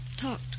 talked